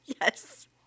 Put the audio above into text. Yes